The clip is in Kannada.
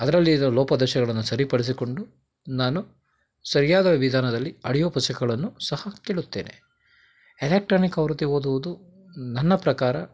ಅದರಲ್ಲಿರೋ ಲೋಪದೋಷಗಳನ್ನು ಸರಿಪಡಿಸಿಕೊಂಡು ನಾನು ಸರಿಯಾದ ವಿಧಾನದಲ್ಲಿ ಆಡಿಯೋ ಪುಸ್ತಕಗಳನ್ನು ಸಹ ಕೇಳುತ್ತೇನೆ ಎಲೆಕ್ಟ್ರಾನಿಕ್ ಆವೃತ್ತಿ ಓದುವುದು ನನ್ನ ಪ್ರಕಾರ